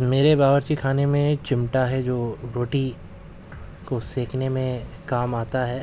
میرے باورچی خانہ میں ایک چمٹا ہے جو روٹی کو سینکنے میں کام آتا ہے